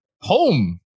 home